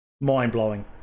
mind-blowing